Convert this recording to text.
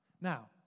Now